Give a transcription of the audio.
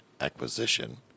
acquisition